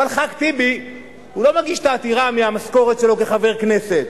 אבל חבר הכנסת טיבי לא מגיש את העתירה מהמשכורת שלו כחבר כנסת.